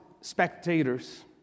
spectators